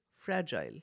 fragile